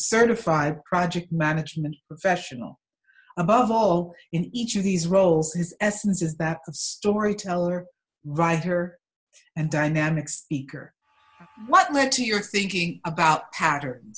certified project management sessional above all in each of these roles his essence is that of storyteller writer and dynamic speaker what led to your thinking about pattern